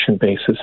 basis